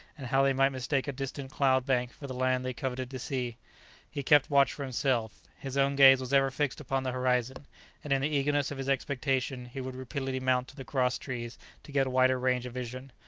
and how they might mistake a distant cloud-bank for the land they coveted to see he kept watch for himself his own gaze was ever fixed upon the horizon and in the eagerness of his expectation he would repeatedly mount to the cross-trees to get a wider range of vision.